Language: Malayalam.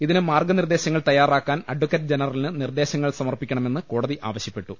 ഇതിന് മാർഗ്ഗനിർദ്ദേശങ്ങൾ തയ്യാറാക്കാൻ അഡ്വക്കറ്റ് ജനറലിന് നിർദ്ദേശങ്ങൾ സമർപ്പിക്കണമെന്ന് കോടതി ആവശ്യ പ്പെട്ടു